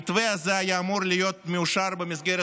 המתווה הזה היה אמור להיות מאושר במסגרת